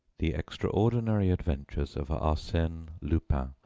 the extraordinary adventures of arsene lupin,